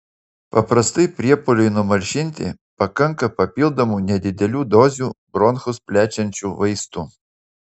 paprastai priepuoliui numalšinti pakanka papildomų nedidelių dozių bronchus plečiančių vaistų